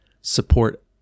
support